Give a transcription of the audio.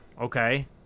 Okay